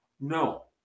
No